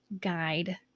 guide